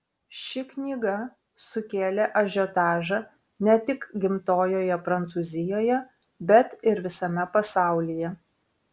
ši knyga sukėlė ažiotažą ne tik gimtojoje prancūzijoje bet ir visame pasaulyje